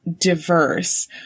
diverse